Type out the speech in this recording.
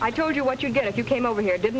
i told you what you get if you came over here did